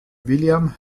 william